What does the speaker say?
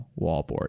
wallboard